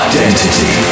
Identity